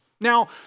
Now